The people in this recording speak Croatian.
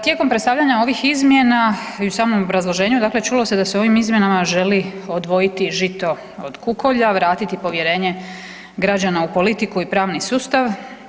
Tijekom predstavljanja ovih izmjena i u samom obrazloženju čulo se da se ovim izmjenama želi odvojiti žito od kukolja, vratiti povjerenje građana u politiku i pravni sustav.